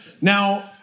Now